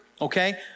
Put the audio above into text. okay